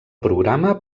programa